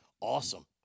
Awesome